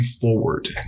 forward